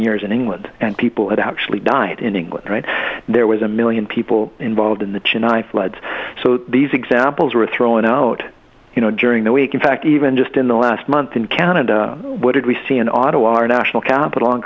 years in england and people had actually died in england right there was a million people involved in the chennai floods so these examples we're throwing out you know during the week in fact even just in the last month in canada what did we see an auto our national capital on